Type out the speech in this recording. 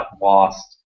lost